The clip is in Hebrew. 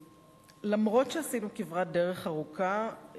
אומנם עשינו כברת דרך ארוכה,